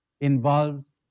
involves